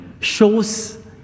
Shows